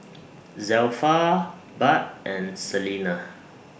Zelpha Bud and Salena